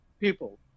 people